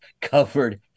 covered